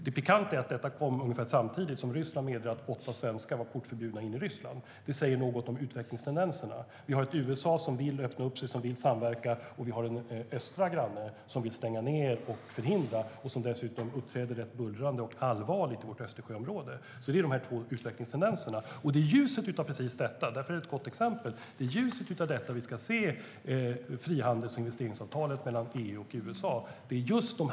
Det pikanta är att detta kom ungefär samtidigt som Ryssland meddelade att åtta svenskar var portförbjudna i Ryssland. Det säger något om utvecklingstendenserna. Vi har ett USA som vill öppna upp sig och samverka. Och vi har en granne i öster som vill stänga ned och förhindra och som dessutom uppträder ganska bullrande och allvarligt i vårt Östersjöområde. Det är de två utvecklingstendenserna vi kan se. Det är i ljuset av precis detta vi ska se frihandels och investeringsavtalet mellan EU och USA. Därför är det ett gott exempel.